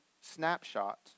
snapshot